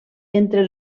entre